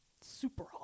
super